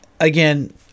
Again